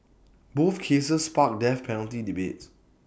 both cases sparked death penalty debates